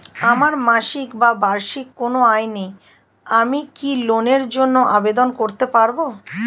আমার মাসিক বা বার্ষিক কোন আয় নেই আমি কি লোনের জন্য আবেদন করতে পারব?